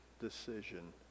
decision